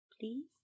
Please